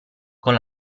con